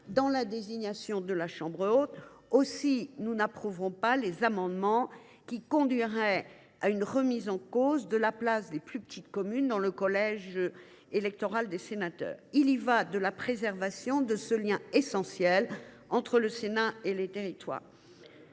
de la désignation de la Chambre haute. Aussi, nous n’approuverons pas les amendements dont l’adoption conduirait à une remise en cause de la place des plus petites communes dans le collège électoral des sénateurs. Il y va de la préservation de ce lien essentiel entre le Sénat et tous les territoires.